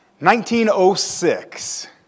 1906